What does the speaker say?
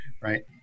right